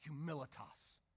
humilitas